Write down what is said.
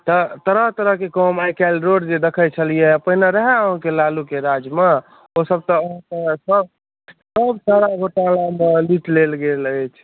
तऽ तरह तरहके गामे आइकाल्हि रोड जे देखै छलियै पहिले रहै अहाँके लालुके राजमे ओ सभ तऽ लुटि लेल अछि